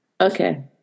Okay